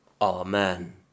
Amen